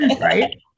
right